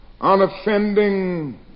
unoffending